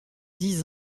dix